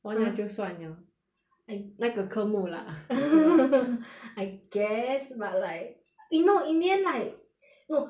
完了就算了 I 那个科目 lah I guess but like eh no in the end like no you know what's the most 气人 during our practice right the whole thing worked but then on our presentation day itself right the second or third attempt 坏掉 eh